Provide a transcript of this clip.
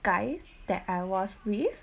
guys that I was with